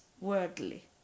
worldly